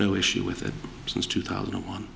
no issue with it since two thousand and one